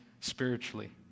spiritually